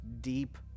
deep